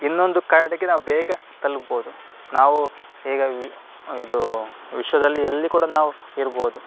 ಇನ್ನೊಂದು ಕರಡಿಗೆ ನಾವು ಬೇಗ ತಲುಪ್ಬೋದು ನಾವು ಈಗ ಇದು ವಿಶ್ವದಲ್ಲಿ ಎಲ್ಲಿ ಕೂಡ ನಾವು ಇರ್ಬೋದು